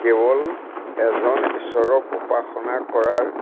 কেৱল এজন ঈশ্বৰক উপাসনা কৰাৰ